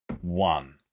one